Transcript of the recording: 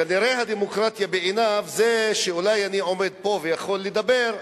כנראה הדמוקרטיה בעיניו זה שאני עומד פה ויכול לדבר,